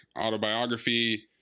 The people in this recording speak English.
autobiography